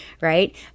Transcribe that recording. right